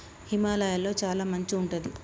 హిమాలయ లొ చాల మంచు ఉంటది